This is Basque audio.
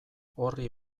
orri